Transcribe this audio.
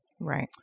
Right